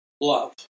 love